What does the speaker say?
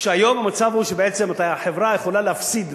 כשהיום המצב הוא שבעצם החברה יכולה להפסיד,